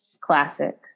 classic